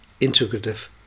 integrative